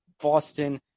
Boston